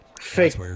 fake